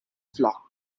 flock